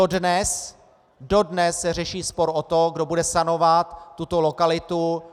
Dodnes, dodnes se řeší spor o to, kdo bude sanovat tuto lokalitu.